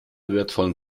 wertvollen